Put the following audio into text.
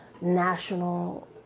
national